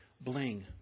bling